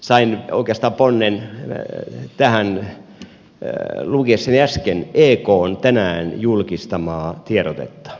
sain oikeastaan ponnen tähän lukiessani äsken ekn tänään julkistamaa tiedotetta